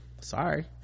sorry